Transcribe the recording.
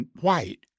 white